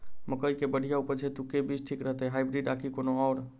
मकई केँ बढ़िया उपज हेतु केँ बीज ठीक रहतै, हाइब्रिड आ की कोनो आओर?